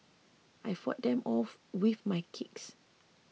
I fought them off with my kicks